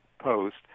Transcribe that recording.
post